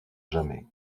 jamais